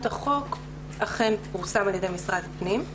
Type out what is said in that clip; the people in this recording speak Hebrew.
החוק אכן פורסם על ידי משרד הפנים.